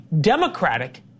Democratic